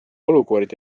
olukordi